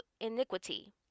iniquity